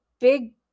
big